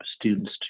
students